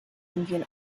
indian